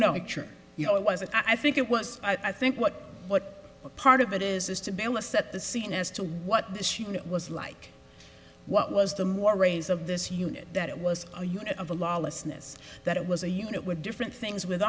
no you know it was a i think it was i think what what part of it is this to bella set the scene as to what this unit was like what was the mores of this unit that it was a unit of a lawless n'est that it was a unit with different things with